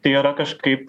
tai yra kažkaip